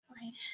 Right